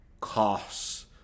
costs